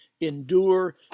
endure